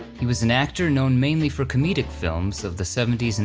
he was an actor known mainly for comedic films of the seventy s and